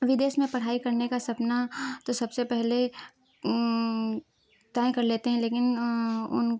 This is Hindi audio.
विदेश में पढ़ाई करने का सपना तो सबसे पहले तय कर लेते हैं लेकिन उन